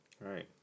Right